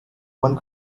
one